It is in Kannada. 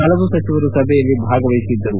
ಹಲವು ಸಚಿವರು ಸಭೆಯಲ್ಲಿ ಭಾಗವಹಿಸಿದ್ದರು